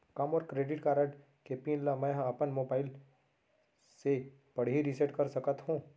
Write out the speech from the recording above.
का मोर debit card के पिन ल मैं ह अपन मोबाइल से पड़ही रिसेट कर सकत हो?